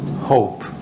hope